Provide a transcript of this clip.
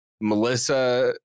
Melissa